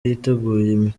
yiteguye